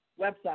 website